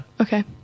Okay